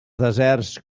deserts